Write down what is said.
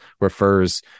refers